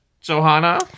Johanna